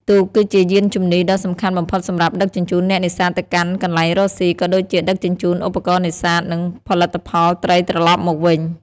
ទូកគឺជាយានជំនិះដ៏សំខាន់បំផុតសម្រាប់ដឹកជញ្ជូនអ្នកនេសាទទៅកាន់កន្លែងរកស៊ី ក៏ដូចជាដឹកជញ្ជូនឧបករណ៍នេសាទ និងផលិតផលត្រីត្រឡប់មកវិញ។